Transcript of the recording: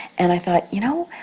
and i thought, you know,